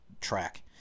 track